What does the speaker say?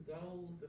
goals